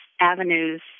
avenues